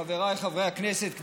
חבריי חברי הכנסת,